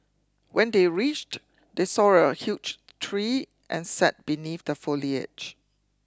when they reached they saw a huge tree and sat beneath the foliage